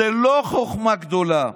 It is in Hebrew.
זה לא חוכמה גדולה.